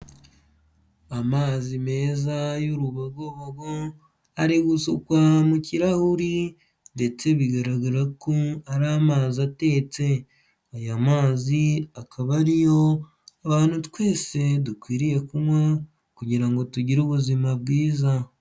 Amazi meza y'urubogobogo ari mu kirahuri ndetse bigaragara ko ari amazi atetse, aya mazi akaba ari yo abantu twese dukwiriye kunywa kugira ngo tugire ubuzima bwiza.